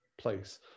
place